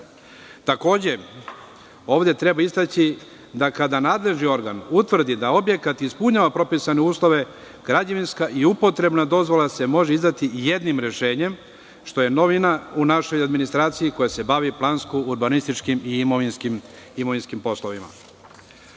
godine. Takođe, ovde treba istaći da kada nadležni organ utvrdi da objekat ispunjava propisane uslove, građevinska i upotrebna dozvola se može izdati jednim rešenjem, što je novina u našoj administraciji koja se bavi plansko-urbanističkim i imovinskim poslovima. Ovim